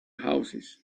houses